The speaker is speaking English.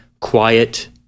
quiet